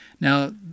Now